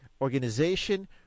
organization